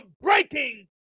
breaking